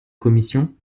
commission